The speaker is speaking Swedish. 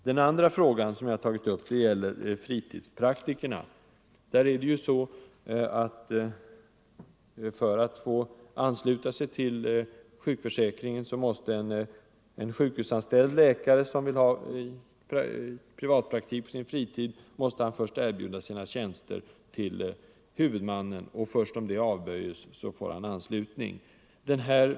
Min andra fråga gäller fritidspraktikerna. En sjukhusanställd läkare som vill bedriva privatpraktik på sin fritid måste erbjuda sina tjänster till huvudmannen, och först om detta erbjudande avböjs får han ansluta sig till sjukförsäkringen.